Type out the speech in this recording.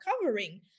covering